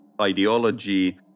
ideology